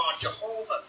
Jehovah